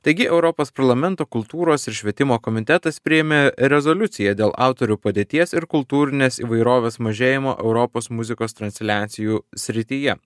taigi europos parlamento kultūros ir švietimo komitetas priėmė rezoliuciją dėl autorių padėties ir kultūrinės įvairovės mažėjimo europos muzikos transliacijų srityje